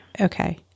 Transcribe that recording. Okay